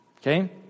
Okay